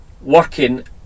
working